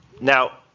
now,